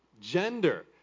gender